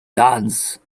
dance